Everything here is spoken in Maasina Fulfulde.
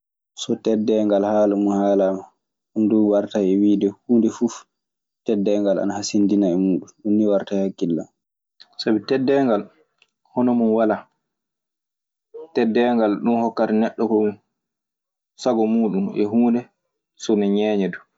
So teddeengal haala mun haalaama, ɗun du wartan e wiide huundefu teddeengal ana hasingina e muɗum. Ɗun warata e hakillam. Sabi teddeengal, honomun wala. Teddeengal, ɗun hokkata neɗɗo sago muuɗun e huunde so mi ñeeñe du.